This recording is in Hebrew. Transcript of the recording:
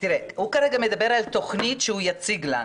הוא מדבר על נושאים שהוא יציג לנו,